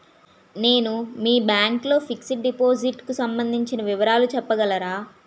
నేను మీ బ్యాంక్ లో ఫిక్సడ్ డెపోసిట్ కు సంబందించిన వివరాలు చెప్పగలరా?